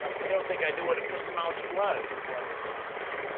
and i don't think i knew what epistemology was until i met simon field.